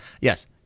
yes